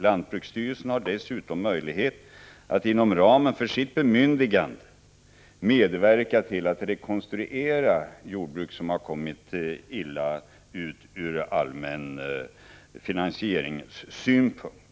Lantbruksstyrelsen har dessutom möjlighet att inom ramen för sitt bemyndigande medverka till att rekonstruera jordbruk som kommit att ligga illa till ur allmän finansieringssynpunkt.